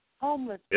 homeless